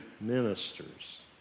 ministers